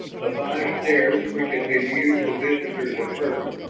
the five stares which had bemused the visitors at first,